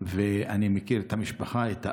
ואני מכיר את המשפחה, את האבא,